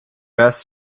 best